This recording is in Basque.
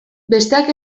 besteak